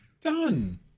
Done